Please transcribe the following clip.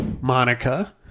Monica